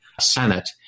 Senate